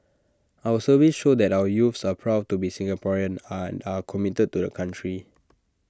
our surveys show that our youths are proud to be Singaporean and are committed to the country